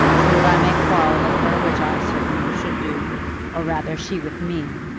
so that i may quarrel with her, which i certainly should do or, rather, she with me.